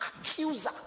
accuser